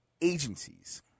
agencies